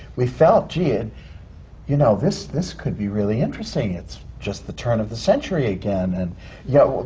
we felt, gee, and you know, this this could be really interesting. it's just the turn of the century again. and yeah